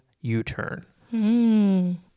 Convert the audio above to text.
U-turn